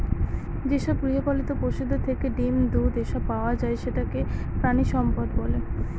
যেসব গৃহপালিত পশুদের থেকে ডিম, দুধ, এসব পাওয়া যায় সেটাকে প্রানীসম্পদ বলে